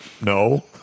No